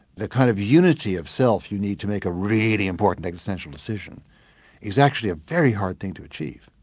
the kind of unity of self you need to make a really important existential decision it's actually a very hard thing to achieve.